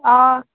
आ